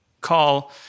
call